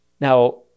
Now